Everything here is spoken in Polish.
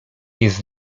jest